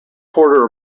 porter